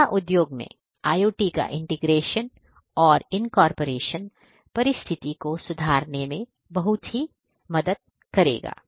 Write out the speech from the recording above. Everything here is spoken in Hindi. दवा उद्योग में IoT का इंटीग्रेशन और इनकॉरपोरेशन परिस्थिति को सुधारने में बहुत मदद करेगा